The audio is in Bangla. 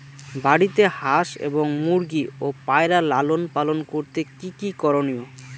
বাড়িতে হাঁস এবং মুরগি ও পায়রা লালন পালন করতে কী কী করণীয়?